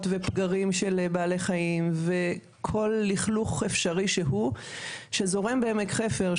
פגרים של בעלי חיים וכל לכלוך אפשרי שהוא שזורם לעמק חפר,